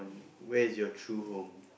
where is your true home